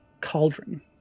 cauldron